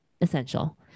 essential